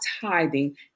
tithing